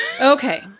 Okay